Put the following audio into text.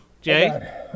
Jay